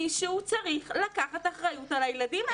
מישהו צריך לקחת אחריות על הילדים האלה.